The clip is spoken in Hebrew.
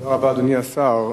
תודה רבה, אדוני השר.